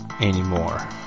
Anymore